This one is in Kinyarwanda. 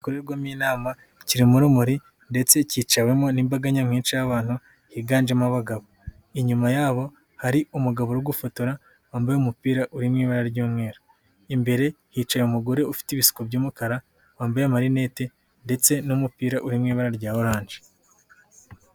Gikorerwamo inama, kirimo urumuri ndetse cyiciwemo n'imbaga nyamwinshi y'abantu higanjemo abagabo inyuma yabo hari umugabo uri gufotora wambaye umupira uri mu ibara ry'umweru imbere hicira umugore ufite ibishuko by'umukara wambaye marinete ndetse n'umupira uri mu ibara rya orange.